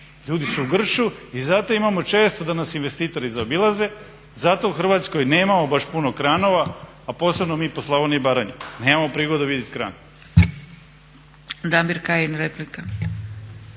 Ljudi su u grču i zato imamo često da nas investitori zaobilaze, zato u Hrvatskoj nemamo baš puno kranova, a posebno mi po Slavoniji i Baranji. Nemamo prigodu vidjeti kran.